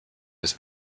des